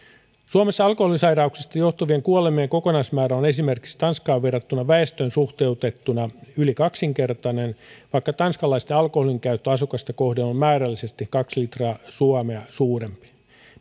suomessa alkoholisairauksista johtuvien kuolemien kokonaismäärä on esimerkiksi tanskaan verrattuna väestöön suhteutettuna yli kaksinkertainen vaikka tanskalaisten alkoholinkäyttö asukasta kohden on määrällisesti kaksi litraa suomea suurempi